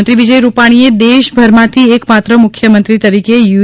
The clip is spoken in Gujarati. મુખ્યમંત્રી વિજય રૂપાણીએ દેશભરમાંથી એકમાત્ર મુખ્યમંત્રી તરીકે યુ